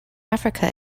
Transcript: africa